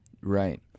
right